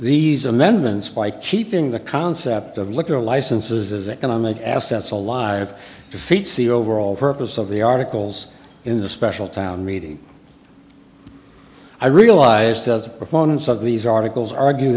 these amendments by keeping the concept of liquor licenses as economic assets alive defeats the overall purpose of the articles in the special town meeting i realized as the proponents of these articles argue